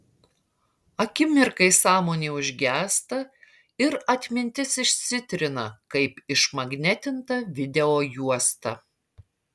akimirkai sąmonė užgęsta ir atmintis išsitrina kaip išmagnetinta videojuosta